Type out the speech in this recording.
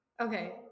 Okay